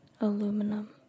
aluminum